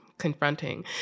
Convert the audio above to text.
confronting